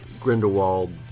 Grindelwald